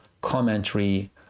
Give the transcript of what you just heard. commentary